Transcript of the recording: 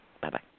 Bye-bye